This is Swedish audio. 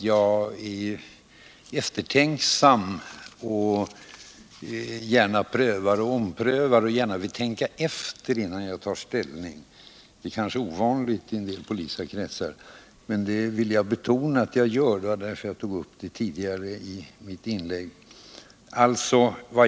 Jag är eftertänksam och vill gärna pröva, ompröva och tänka efter innan jag tar ställning. Det kanske är ovanligt i en del politiska kretsar. Men jag vill betona att jag gör så. Därför tog jag upp det tidigare i mitt inlägg.